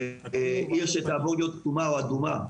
עיר שתעבור להיות כתומה או אדומה,